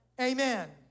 Amen